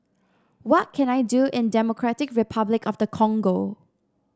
what can I do in Democratic Republic of the Congo